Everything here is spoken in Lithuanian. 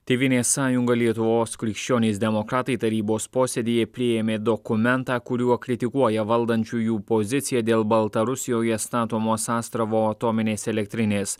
tėvynės sąjunga lietuvos krikščionys demokratai tarybos posėdyje priėmė dokumentą kuriuo kritikuoja valdančiųjų poziciją dėl baltarusijoje statomos astravo atominės elektrinės